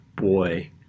boy